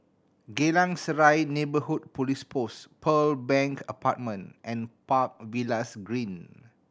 Geylang Serai Neighbourhood Police Post Pearl Bank Apartment and Park Villas Green